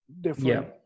different